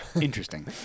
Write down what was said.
Interesting